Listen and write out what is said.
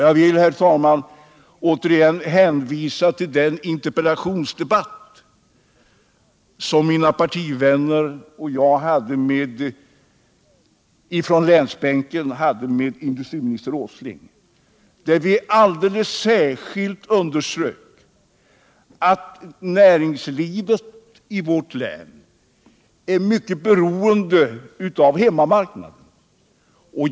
Jag vill, herr talman, återigen hänvisa till den interpellationsdebatt som mina partivänner på länsbänken och jag hade med industriminister Åsling, där vi särskilt underströk att näringslivet i vårt län är mycket beroende av hemmamarknaden.